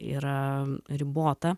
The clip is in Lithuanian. yra ribota